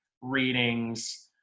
readings